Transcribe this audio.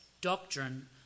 Doctrine